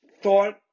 Thought